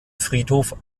friedhof